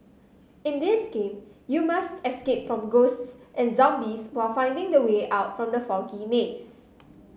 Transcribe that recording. in this game you must escape from ghosts and zombies while finding the way out from the foggy maze